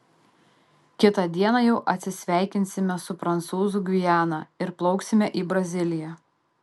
kitą dieną jau atsisveikinsime su prancūzų gviana ir plauksime į braziliją